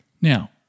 Now